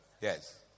Yes